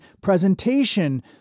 presentation